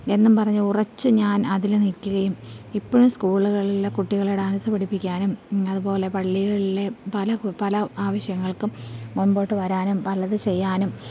എന്നും പറഞ്ഞ് ഉറച്ച് ഞാൻ അതില് നില്ക്കുകയും ഇപ്പോഴും സ്കൂളുകളിലെ കുട്ടികളെ ഡാൻസ് പഠിപ്പിക്കാനും അതുപോലെ പള്ളികളിലെ പല പല ആവശ്യങ്ങൾക്കും മുമ്പോട്ട് വരാനും പലത് ചെയ്യാനും